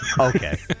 Okay